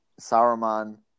Saruman